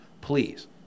Please